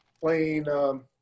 playing –